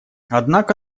однако